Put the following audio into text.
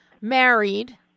married